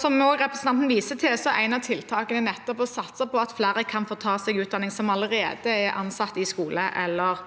Som representanten også viser til, er ett av tiltakene nettopp å satse på at flere som allerede er ansatt i skole, SFO eller